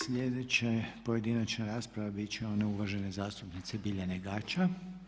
Sljedeća pojedinačna rasprava biti će one uvažene zastupnice Biljane GaĆa.